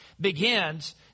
begins